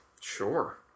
Sure